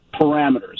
parameters